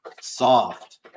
soft